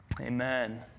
Amen